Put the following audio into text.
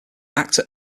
actor